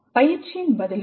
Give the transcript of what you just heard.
பயிற்சியின் பதில்களை tale